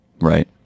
Right